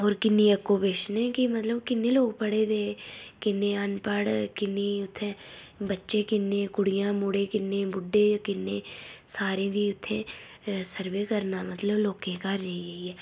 होर किन्नी आक्यूपेशन ऐ कि मतलब किन्ने लोक पढ़े दे किन्ने अनपढ़ किन्नी उत्थैं बच्चे किन्ने कुड़ियां मुड़े किन्ने बुड्डे किन्ने सारें दी उत्थै सर्वे करना मतलब लोकें दे घर जाई जाइयै